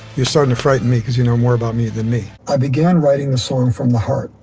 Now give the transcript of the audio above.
you're starting to frighten me because you know more about me than me. i began writing the song from the heart,